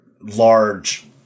large